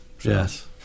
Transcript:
Yes